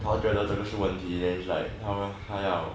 他觉得这个是问题 leh it's like 他要